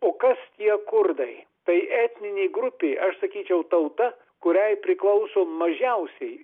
o kas tie kurdai tai etninė grupė aš sakyčiau tauta kuriai priklauso mažiausiai